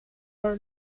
are